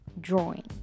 drawing